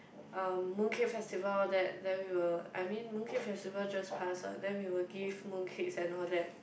um Mooncake Festival that then we will I mean Mooncake Festival just passed ah then we will give mooncakes and all that